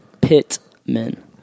Pittman